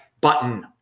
button